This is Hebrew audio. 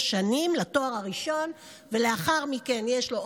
שלנו ואחדות עם ישראל.